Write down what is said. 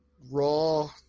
raw